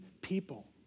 people